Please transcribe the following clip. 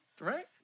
right